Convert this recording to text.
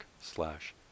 slash